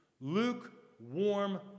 lukewarm